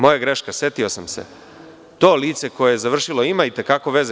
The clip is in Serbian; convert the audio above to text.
Moja greška, setio sam se, to lice koje je završilo ima i te kako veze.